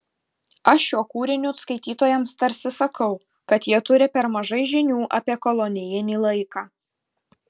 aš šiuo kūriniu skaitytojams tarsi sakau kad jie turi per mažai žinių apie kolonijinį laiką